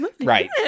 Right